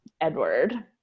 Edward